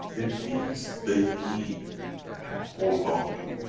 it means they need to hold onto.